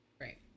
Right